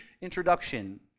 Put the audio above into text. introduction